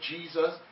Jesus